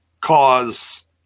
cause